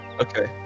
Okay